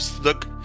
look